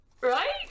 right